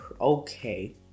okay